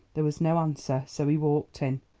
there was no answer, so he walked in.